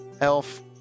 elf